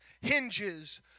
hinges